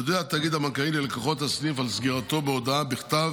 יודיע התאגיד הבנקאי ללקוחות הסניף על סגירתו בהודעה בכתב